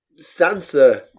Sansa